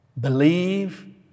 Believe